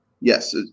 Yes